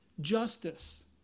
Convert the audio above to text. justice